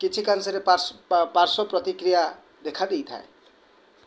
କିଛିକାଂଶରେ ପାର୍ଶ୍ୱ ପାର୍ଶ୍ଵପ୍ରତିକ୍ରିୟା ଦେଖାଦେଇଥାଏ